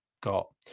got